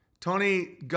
Tony